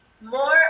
More